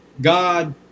God